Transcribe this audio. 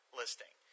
listing